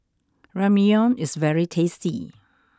Ramyeon is very tasty